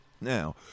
Now